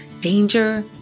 danger